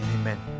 Amen